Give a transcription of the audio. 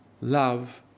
love